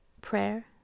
prayer